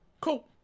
Cool